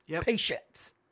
Patience